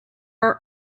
are